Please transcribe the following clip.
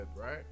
right